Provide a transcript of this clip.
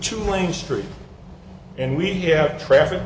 two lane street and we have traffic